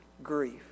Grief